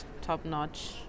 top-notch